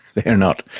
they are not.